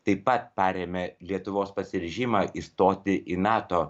taip pat parėmė lietuvos pasiryžimą įstoti į nato